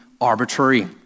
arbitrary